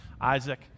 Isaac